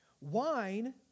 wine